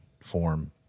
form